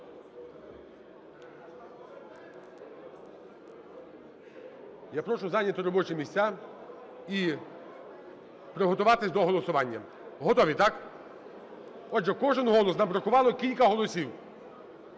Я прошу зайняти робочі місця і приготуватись до голосування. Готові? Так. Отже, кожний голос, нам бракувало кілька голосів.